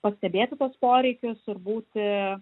pastebėti tuos poreikius ir būti